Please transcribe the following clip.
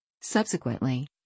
Subsequently